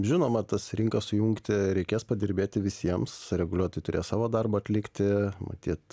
žinoma tas rinkas sujungti reikės padirbėti visiems reguliuotojai turės savo darbą atlikti matyt